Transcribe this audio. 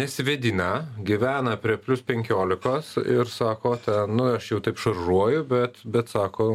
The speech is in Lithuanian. nesivėdina gyvena prie plius penkiolikos ir sako ta nu aš jau taip šaržuoju bet bet sako